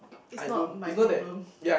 it's not my problem